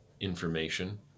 information